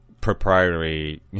proprietary